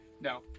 No